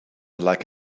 like